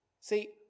See